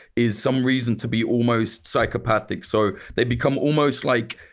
is some reason to be almost psychopathic. so, they become almost like.